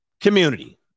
community